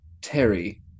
Terry